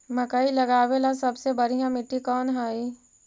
मकई लगावेला सबसे बढ़िया मिट्टी कौन हैइ?